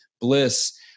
bliss